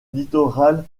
littoral